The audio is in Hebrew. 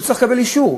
הוא צריך לקבל אישור,